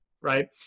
right